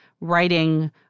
writing